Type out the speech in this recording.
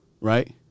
Right